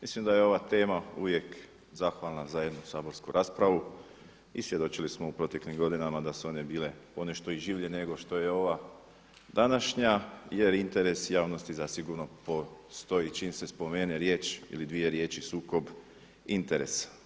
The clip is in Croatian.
Mislim da je ova tema uvijek zahvalna za jednu saborsku raspravu i svjedočili smo u proteklim godinama da su one bile ponešto i življe nego što je ova današnja jer interes javnosti zasigurno postoji, čim se spomene riječ ili dvije riječi sukob interesa.